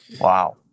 Wow